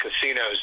casinos